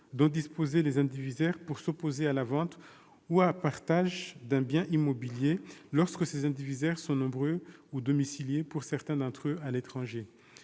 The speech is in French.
dont disposeraient les indivisaires pour s'opposer à la vente ou au partage d'un bien immobilier, lorsque ces indivisaires sont nombreux ou domiciliés, pour certains d'entre eux, à l'étranger.